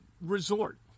resort